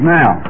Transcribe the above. now